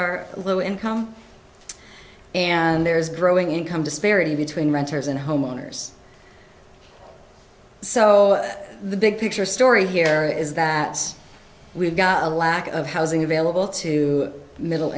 are low income and there is growing income disparity between renters and homeowners so the big picture story here is that we've got a lack of housing